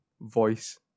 voice